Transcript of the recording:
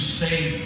save